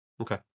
Okay